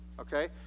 okay